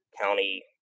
County